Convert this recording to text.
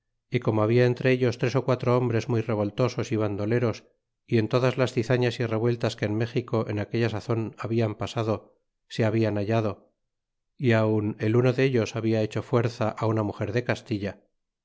y como habla entre ellos tres ó quatro hombres muy revoltosos y vandoleros y en todas las cizallas y revueltas que en méxico en aquella sazon hablan pasado se hablan hallado y aun el uno dellos habla hecho fuerza una muger de castilla